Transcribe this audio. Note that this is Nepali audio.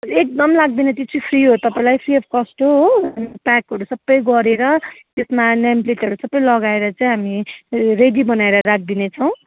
एकदम लाग्दैन त्यो चाहिँ फ्री हो तपाईँलाई फ्री अफ् कस्ट हो हो प्याकहरू सबै गरेर त्यसमा नेमप्लेटहरू सबै लगाएर चाहिँ हामी रे रेडी बनाएर राखिदिनेछौँ